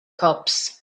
cups